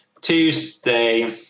Tuesday